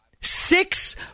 six